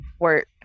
work